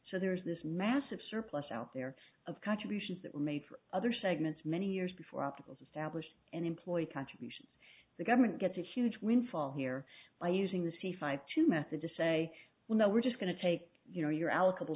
so there's this massive surplus out there of contributions that were made for other segments many years before opticals established and employee contributions the government gets a huge windfall here by using the c five two method to say well now we're just going to take you know your alcohol